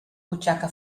butxaca